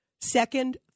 Second